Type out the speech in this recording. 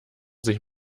sich